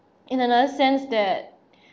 in another sense that